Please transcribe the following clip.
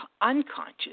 unconscious